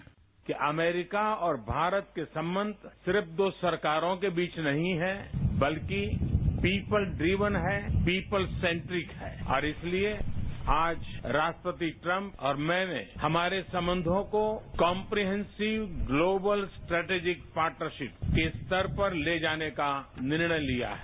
bite America और भारत के संबंध सिर्फ दो सरकारों के बीच नहीं हैं बल्कि पीपुल ड्रिवन हैं पीपुल सेंट्रिक हैं और इसलिए आज राष्ट्रपति ट्रंप और मैंने हमारे संबंधों को कॉम्प्रिहेंसिव ग्लोबल स्ट्रेटिजिक पार्टनरशिप के स्तर पर ले जाने का निर्णय लिया है